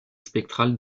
spectrale